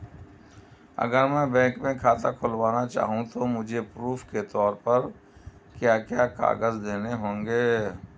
अगर मैं बैंक में खाता खुलाना चाहूं तो मुझे प्रूफ़ के तौर पर क्या क्या कागज़ देने होंगे?